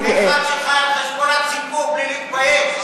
זה אחד שחי על חשבון הציבור בלי להתבייש,